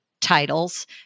titles